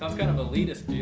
ah kind of elitist,